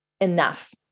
enough